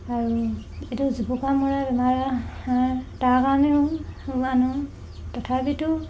আৰু এইটো জুপুকা মৰা বেমাৰ তাৰকাৰণে আনোঁ আনোঁ তথাপিতো